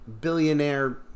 billionaire